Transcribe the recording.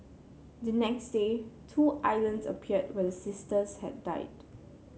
the next day two islands appeared where sisters had died